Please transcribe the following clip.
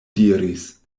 diris